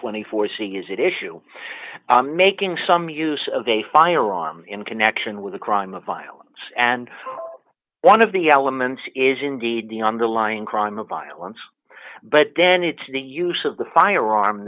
twenty four c is it issue making some use of a firearm in connection with a crime of violence and one of the elements is indeed the underlying crime of violence but then it's the use of the firearm